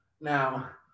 now